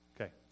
okay